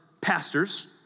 pastors